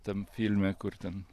tam filme kur ten